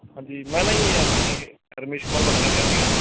ਹਾਂਜੀ ਮੈਂ ਨਾ ਜੀ ਆਪਣੇ ਰਮੇਸ਼ ਕੁਮਾਰ ਗੱਲ ਕਰ ਰਿਹਾ ਸੀਗਾ